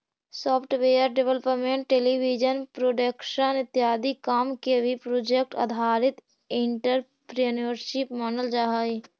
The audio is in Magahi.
सॉफ्टवेयर डेवलपमेंट टेलीविजन प्रोडक्शन इत्यादि काम के भी प्रोजेक्ट आधारित एंटरप्रेन्योरशिप मानल जा हई